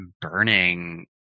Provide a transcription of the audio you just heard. burning